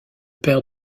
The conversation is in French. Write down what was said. père